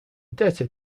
debtor